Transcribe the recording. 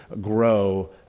grow